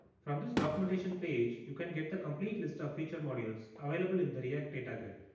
from this documentation page you can get the complete list of feature modules available in the react data grid.